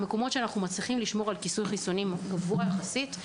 המקומות בהם אנחנו מצליחים לשמור על כיסוי חיסוני גבוה יחסית,